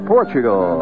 Portugal